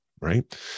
Right